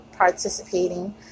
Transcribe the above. participating